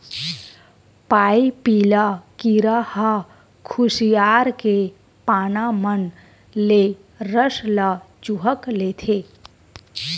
पाइपिला कीरा ह खुसियार के पाना मन ले रस ल चूंहक लेथे